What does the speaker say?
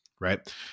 Right